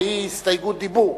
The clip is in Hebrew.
וזוהי הסתייגות דיבור.